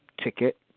ticket